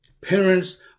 Parents